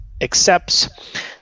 accepts